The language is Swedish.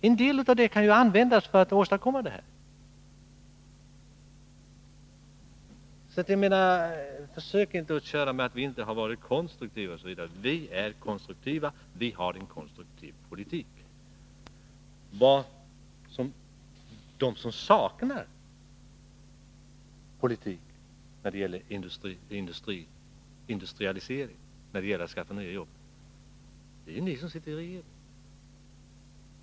En del av det beloppet kan användas för att starta tillverkning av nya produkter. De som saknar politik när det gäller industrialisering, när det gäller att skaffa nya jobb, är ni som sitter i regeringen.